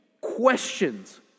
questions